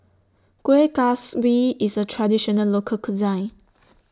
Kuih Kaswi IS A Traditional Local Cuisine